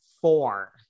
four